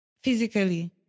physically